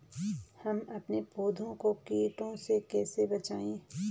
हम अपने पौधों को कीटों से कैसे बचाएं?